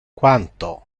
quanto